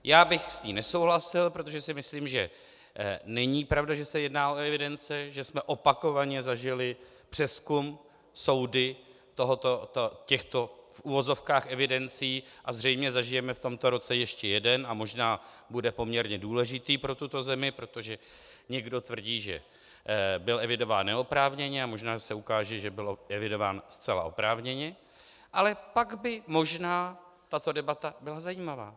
Já bych s ní nesouhlasil, protože si myslím, že není pravda, že se jedná o evidenci, že jsme opakovaně zažili přezkum soudy těchto v uvozovkách evidencí a zřejmě zažijeme v tomto roce ještě jeden, a možná bude poměrně důležitý pro tuto zemi, protože někdo tvrdí, že byl evidován neoprávněně, a možná že se ukáže, že byl evidován zcela oprávněně, ale pak by možná tato debata byla zajímavá.